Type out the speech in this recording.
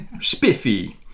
spiffy